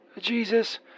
Jesus